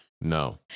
No